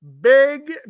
Big